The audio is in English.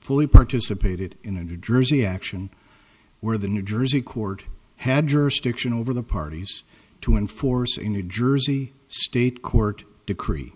fully participated in a new jersey action where the new jersey court had jurisdiction over the parties to enforce a new jersey state court decree